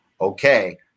okay